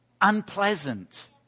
unpleasant